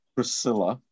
Priscilla